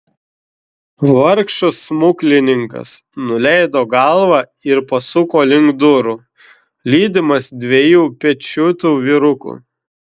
vargšas smuklininkas nuleido galvą ir pasuko link durų lydimas dviejų pečiuitų vyrukų